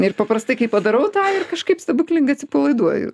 ir paprastai kai padarau tą ir kažkaip stebuklingai atsipalaiduoju